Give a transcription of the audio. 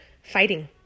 fighting